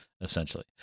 essentially